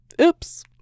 Oops